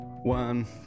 One